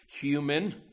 human